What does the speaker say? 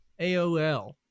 aol